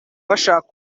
bashaka